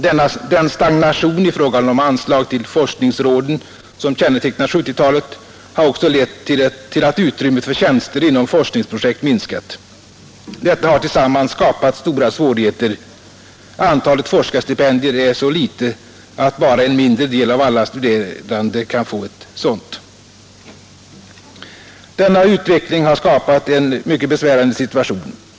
Den stagnation i fråga om anslag till forskningsråden som kännetecknar 1970-talet har också lett till att utrymmet för tjänster inom forskningsprojekt minskat. Detta har tillsammans skapat stora svårigheter. Antalet forskarstipendier är så litet att bara en mindre del av alla studerande kan få ett sådant. Denna utveckling har skapat en mycket besvärande situation.